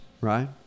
right